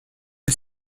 est